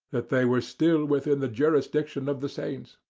that they were still within the jurisdiction of the saints.